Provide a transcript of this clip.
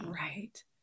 Right